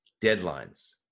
deadlines